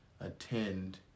attend